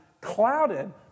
clouded